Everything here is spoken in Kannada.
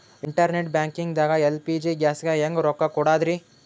ಇಂಟರ್ನೆಟ್ ಬ್ಯಾಂಕಿಂಗ್ ದಾಗ ಎಲ್.ಪಿ.ಜಿ ಗ್ಯಾಸ್ಗೆ ಹೆಂಗ್ ರೊಕ್ಕ ಕೊಡದ್ರಿ?